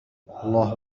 الله